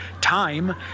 time